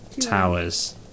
Towers